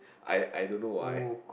I I don't know why